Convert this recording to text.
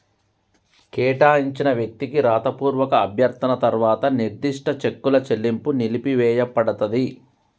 కేటాయించిన వ్యక్తికి రాతపూర్వక అభ్యర్థన తర్వాత నిర్దిష్ట చెక్కుల చెల్లింపు నిలిపివేయపడతది